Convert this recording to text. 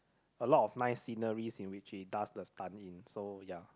a lot of nice sceneries in which he does the stunt in so ya